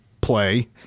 play